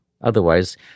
Otherwise